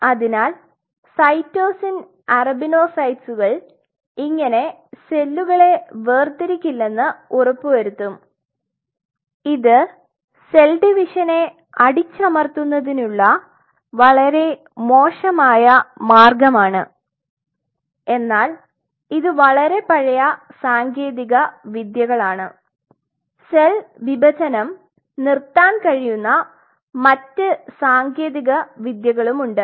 അതിനാൽ സൈറ്റോസിൻ അറബിനോസൈറ്റുകൾ ഇങ്ങനെ സെല്ലുകൾ വേര്തിരിക്കില്ലന്ന് ഉറപ്പുവരുത്തും ഇത് സെൽ ഡിവിഷനെ അടിച്ചമർത്തുന്നതിനുള്ള വളരെ മോശമായ മാർഗ്ഗമാണ് എന്നാൽ ഇത് വളരെ പഴയ സാങ്കേതിക വിദ്യകളാണ് സെൽ വിഭജനം നിർത്താൻ കഴിയുന്ന മറ്റ് സാങ്കേതിക വിദ്യകളുമുണ്ട്